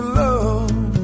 love